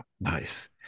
Nice